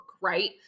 right